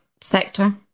sector